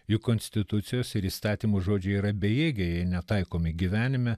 juk konstitucijos ir įstatymų žodžiai yra bejėgiai jei netaikomi gyvenime